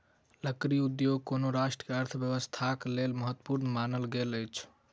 लकड़ी उद्योग कोनो राष्ट्र के अर्थव्यवस्थाक लेल महत्वपूर्ण मानल गेल अछि